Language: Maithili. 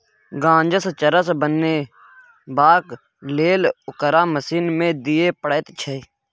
गांजासँ चरस बनेबाक लेल ओकरा मशीन मे दिए पड़ैत छै